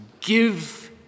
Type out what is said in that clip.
Give